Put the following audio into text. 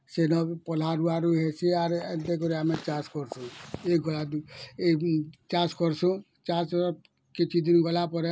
ସେଇଟା ପହ୍ଲା ରୁଆ ରୁଇ ହେଇଛି ଆରେ ଏନ୍ତା କରି ଆମେ ଚାଷ୍ କରୁସୁଁ ଏ ଗୁ ଏ ଚାଷ୍ କର୍ସୁଁ ଚାଷ୍ର କିଛି ଦିନ୍ ଗଲା ପରେ